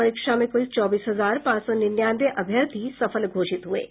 परीक्षा में कुल चौबीस हजार पांच सौ निन्यानवे अभ्यर्थी सफल घोषित हुए हैं